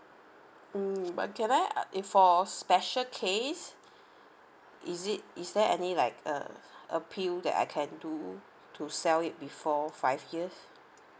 mm but can I if for special case is it is there any like uh appeal that I can do to sell it before five years